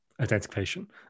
identification